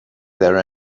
there